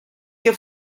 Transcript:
que